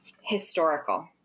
historical